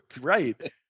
right